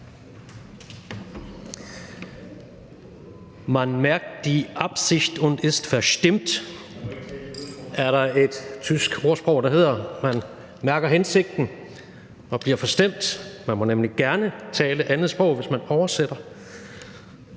»Man merkt die Absicht und wird verstimmt« , er der et tysk ordsprog, der hedder. Man mærker hensigten og bliver forstemt – man må nemlig gerne tale et andet sprog, hvis man oversætter.